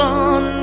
on